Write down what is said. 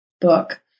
book